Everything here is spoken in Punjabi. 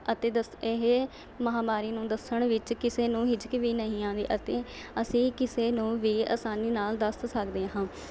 ਅਤੇ ਦਸ ਇਹ ਮਹਾਂਮਾਰੀ ਨੂੰ ਦੱਸਣ ਵਿੱਚ ਕਿਸੇ ਨੂੰ ਝਿਜਕ ਵੀ ਨਹੀਂ ਆਉਂਦੀ ਅਤੇ ਅਸੀਂ ਕਿਸੇ ਨੂੰ ਵੀ ਅਸਾਨੀ ਨਾਲ਼ ਦੱਸ ਸਕਦੇ ਹਾਂ